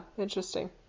interesting